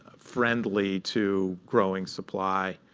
ah friendly to growing supply.